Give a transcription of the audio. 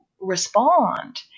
respond